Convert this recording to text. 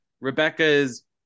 Rebecca's